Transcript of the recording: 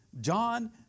John